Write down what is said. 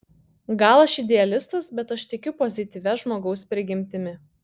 gal aš idealistas bet aš tikiu pozityvia žmogaus prigimtimi